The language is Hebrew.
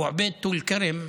משפחת אבו עביד שבטול כרם,